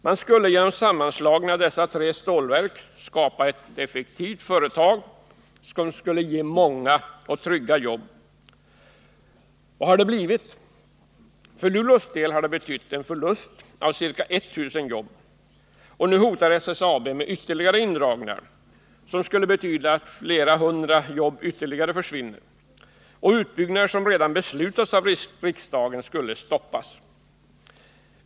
Man skulle genom sammanslagning av dessa tre stålverk skapa ett effektivt företag, som skulle ge många och trygga jobb. Vad har det blivit? För Luleås del har det betytt en förlust av ca 1000 jobb, och nu hotar SSAB med ytterligare indragningar, som skulle betyda att flera hundra ytterligare jobb försvinner och att utbyggnader som redan beslutats av riksdagen stoppas.